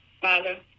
Father